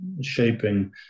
shaping